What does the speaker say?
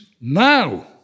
now